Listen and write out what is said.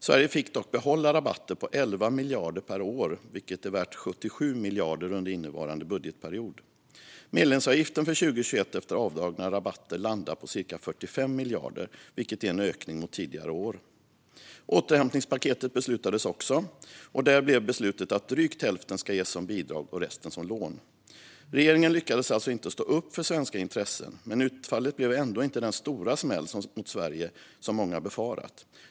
Sverige fick dock behålla rabatter på 11 miljarder per år, vilket är värt 77 miljarder under innevarande budgetperiod. Medlemsavgiften för 2021 efter avdragna rabatter landar på cirka 45 miljarder, vilket är en ökning mot tidigare år. Återhämtningspaketet beslutades också, och där blev beslutet att drygt hälften ska ges som bidrag och resten som lån. Regeringen lyckades alltså inte stå upp för svenska intressen, men utfallet blev ändå inte den stora smäll mot Sverige som många befarat.